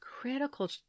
critical